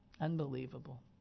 unbelievable